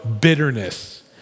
bitterness